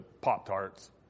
Pop-Tarts